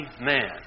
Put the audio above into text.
man